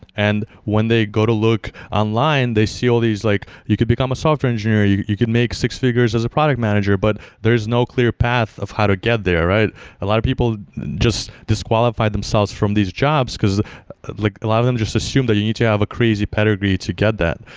and when they go to look online, they see all these like, you could become a software engineer. you you could make six figures as a product manager, but there's no clear path of how to get there. a lot of people just disqualify themselves from these jobs, because like a lot of them just assume that you need to have a crazy pedigree to get that.